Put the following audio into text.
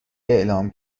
اعلام